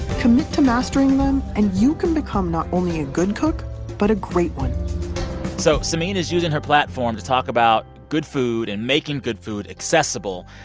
commit to mastering them, and you can become not only a good cook but a great one so samin is using her platform to talk about good food and making good food accessible.